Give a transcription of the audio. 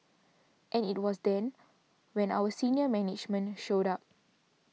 and it was then when our senior management showed up